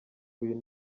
uyu